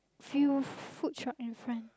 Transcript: few food shop in front